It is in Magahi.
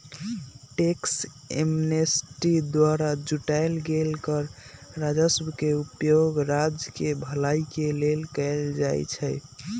टैक्स एमनेस्टी द्वारा जुटाएल गेल कर राजस्व के उपयोग राज्य केँ भलाई के लेल कएल जाइ छइ